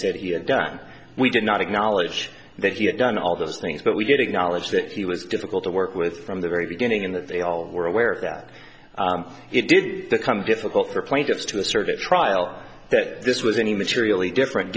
said he had done we did not acknowledge that he had done all those things but we did acknowledge that he was difficult to work with from the very beginning in that they all were aware that it did become difficult for plaintiffs to assert at trial that this was any materially different